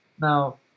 Now